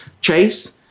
Chase